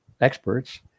experts